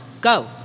go